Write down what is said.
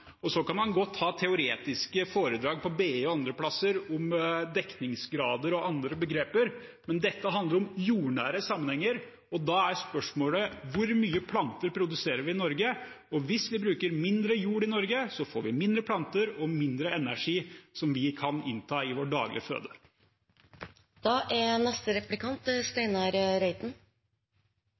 Så kan man godt ha teoretiske foredrag på BI og andre steder om dekningsgrad og andre begreper, men dette handler om jordnære sammenhenger, og da er spørsmålet: Hvor mye planter produserer vi i Norge? Og hvis vi bruker mindre jord i Norge, får vi færre planter og mindre energi som vi kan innta i vår daglige føde. Det er